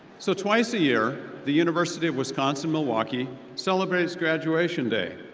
so twice a year, the university of wisconsin-milwaukee celebrates graduation day.